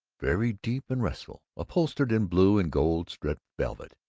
very deep and restful, upholstered in blue and gold-striped velvet.